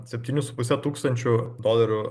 septynių su puse tūkstančių dolerių